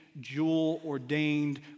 jewel-ordained